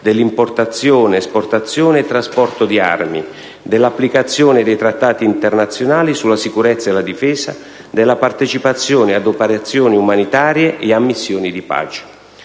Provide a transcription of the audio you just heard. dell'importazione, esportazione e trasporto di armi, dell'applicazione dei Trattati internazionali sulla sicurezza e la difesa e della partecipazione ad operazioni umanitarie e a missioni di pace.